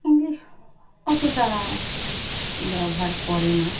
English অতটা ব্যবহার করে না